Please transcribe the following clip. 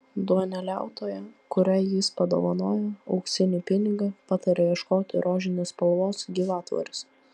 duoneliautoja kuriai jis padovanoja auksinį pinigą pataria ieškoti rožinės spalvos gyvatvorės